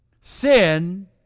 Sin